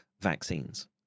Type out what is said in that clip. vaccines